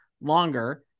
longer